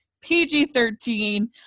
pg-13